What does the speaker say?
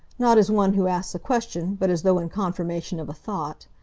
not as one who asks a question, but as though in confirmation of a thought.